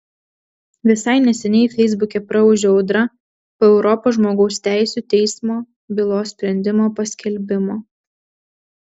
visai neseniai feisbuke praūžė audra po europos žmogaus teisių teismo bylos sprendimo paskelbimo